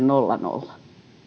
nolla nolla